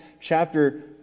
chapter